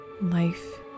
Life